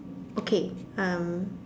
okay um